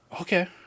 Okay